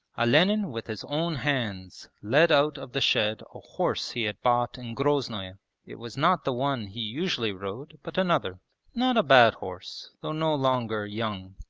olenin with his own hands led out of the shed a horse he had bought in groznoe it was not the one he usually rode but another not a bad horse though no longer young,